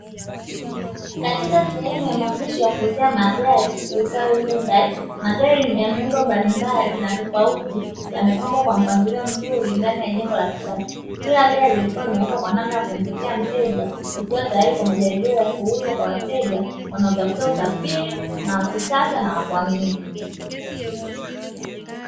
Katika sehemu ya maonyesho ya kuuzia magali iitwayo mumbai magari ya aina mbalimbali na tofauti yamepangiliwa kwa mpangilio mzuri ndani ya jengo la kisasa, kila gari likiwa limewekwa kwa namna ya kumvutia mteja ikiwatayali kwa majaribio ya kuuzwa kwa wateja wanotafuta usafiri na wakisasa na wakuaminika.